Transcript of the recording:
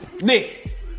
Nick